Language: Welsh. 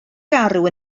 garw